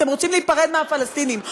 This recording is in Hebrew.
אתם רוצים להיפרד מהפלסטינים.